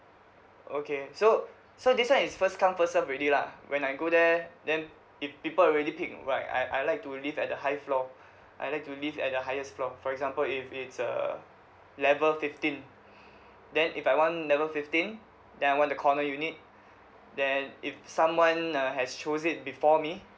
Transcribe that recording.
okay so so this one is first come first serve already lah when I go there then if people really picked right I I'd like to live at a high floor I'd like to live at the highest floor for example if it's a level fifteen then if I want level fifteen then I want the corner unit then if someone uh has chose it before me